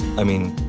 i mean.